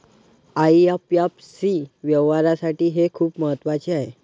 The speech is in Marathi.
आई.एफ.एस.सी व्यवहारासाठी हे खूप महत्वाचे आहे